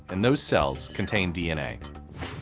and those cells contain dna.